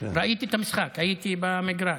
ראיתי את המשחק, הייתי במגרש.